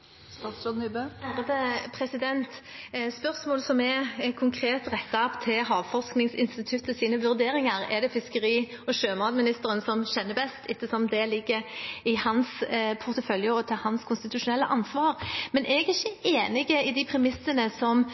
Spørsmål som er konkret rettet til Havforskningsinstituttets vurderinger, er det fiskeri- og sjømatministeren som kjenner best, ettersom det ligger i hans portefølje og til hans konstitusjonelle ansvar. Men jeg er ikke enig i de premissene